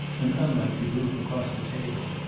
and unlike the group across the table,